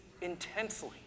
intensely